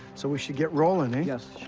so we should get rolling, ah? yes.